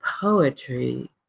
poetry